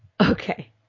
Okay